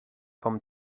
vom